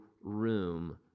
room